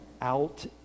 out